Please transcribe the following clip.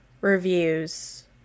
reviews